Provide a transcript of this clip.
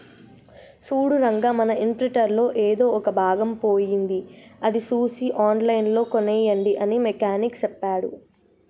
సూడు రంగా మన ఇంప్రింటర్ లో ఎదో ఒక భాగం పోయింది అది సూసి ఆన్లైన్ లో కోనేయండి అని మెకానిక్ సెప్పాడు